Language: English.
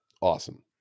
awesome